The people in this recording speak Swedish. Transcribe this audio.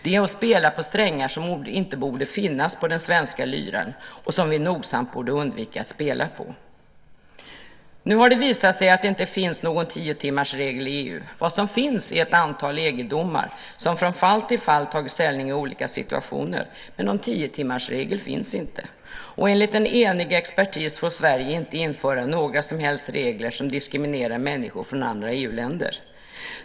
Det är att spela på strängar som inte borde finnas på den svenska lyran och som vi nogsamt borde undvika att spela på. Nu har det visat sig att det inte finns någon tiotimmarsregel i EU. Vad som finns är ett antal EG-domar där man från fall till fall har tagit ställning i olika situationer. Men någon tiotimmarsregel finns inte. Och enligt en enig expertis får Sverige inte införa några som helst regler som diskriminerar människor från andra EU-länder.